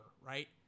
right